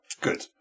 good